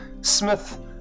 smith